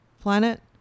planet